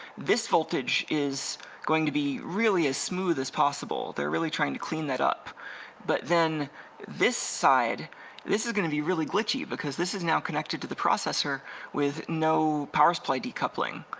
this voltage is going to be really as smooth as possible they're really trying to clean that up but then this side this is going to be really glitchy because this is now connected to the processor with no power supply decoupling.